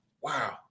wow